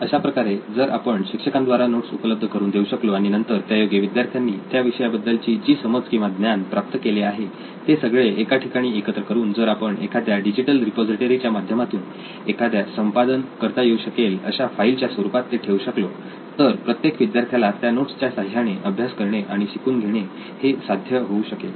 अशा प्रकारे जर आपण शिक्षकांद्वारा नोट्स उपलब्ध करून देऊ शकलो आणि नंतर त्यायोगे विद्यार्थ्यांनी त्या विषयाबद्दल जी समज किंवा ज्ञान प्राप्त केले आहे हे सगळे एका ठिकाणी एकत्र करून जर आपण एखाद्या डिजिटल रिपॉझिटरी च्या माध्यमातून एखाद्या संपादन करता येऊ शकेल अशा फाईल च्या स्वरूपात ते ठेवू शकलो तर प्रत्येक विद्यार्थ्याला त्या नोट्स च्या साह्याने अभ्यास करणे आणि शिकून घेणे हे साध्य होऊ शकेल